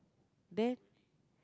then